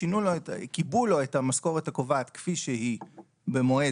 קיבעו לו את המשכורת הקובעת כפי שהיא במועד